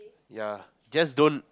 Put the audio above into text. ya just don't